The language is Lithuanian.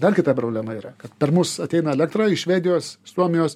dar kita problema yra kad per mus ateina elektra iš švedijos suomijos